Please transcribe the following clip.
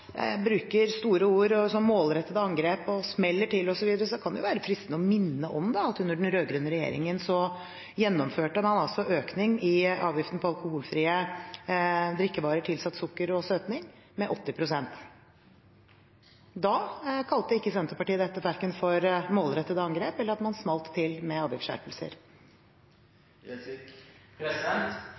bruker store ord som «målrettet angrep» og «smeller en til» osv., kan det være fristende å minne om at under den rød-grønne regjeringen gjennomførte man økning i avgiften på alkoholfrie drikkevarer tilsatt sukker og søtning med 80 pst. Da kalte Senterpartiet dette verken for et målrettet angrep eller at man smalt til med avgiftsskjerpelser.